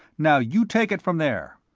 now you take it from there.